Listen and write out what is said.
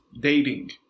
dating